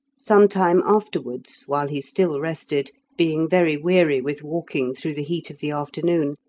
some time afterwards, while he still rested, being very weary with walking through the heat of the afternoon,